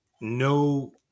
no